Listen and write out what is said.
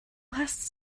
hast